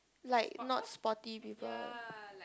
like not sporty people